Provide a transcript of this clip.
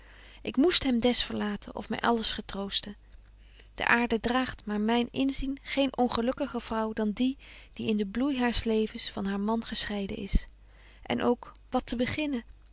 ik moest hem des verlaten of my alles getroosten de aarde draagt naar myn inzien geen ongelukkiger vrouw dan die die in den bloei haar's levens van haar man gescheiden is en ook wat te beginnen